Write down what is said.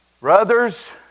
Brothers